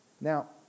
Now